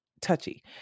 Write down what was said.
touchy